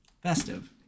Festive